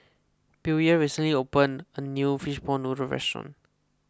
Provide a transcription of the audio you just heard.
Billye recently opened a new Fishball Noodle restaurant